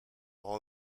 rang